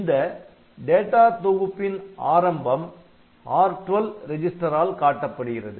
இந்த டேட்டா தொகுப்பின் ஆரம்பம் R12 ரெஜிஸ்டர் ஆல் காட்டப்படுகிறது